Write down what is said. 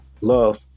love